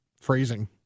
Phrasing